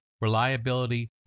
reliability